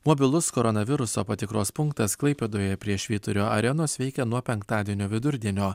mobilus koronaviruso patikros punktas klaipėdoje prie švyturio arenos veikia nuo penktadienio vidurdienio